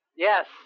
Yes